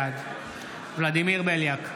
בעד ולדימיר בליאק,